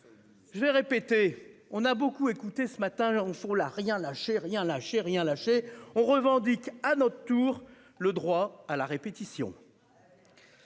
Je vais répéter. On a beaucoup écouté ce matin on sont là rien lâché rien lâché rien lâcher, on revendique à notre tour le droit à la répétition.